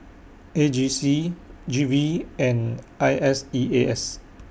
A G C G V and I S E A S